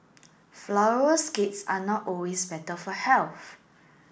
flourless cakes are not always better for health